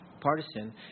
partisan